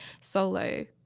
solo